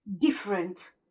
different